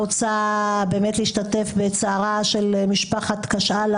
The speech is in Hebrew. אני רוצה להשתתף בצערה של משפחת קשאעלה